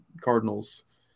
Cardinals